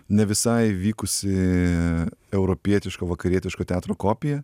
ne visai vykusi europietiško vakarietiško teatro kopija